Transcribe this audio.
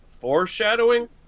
foreshadowing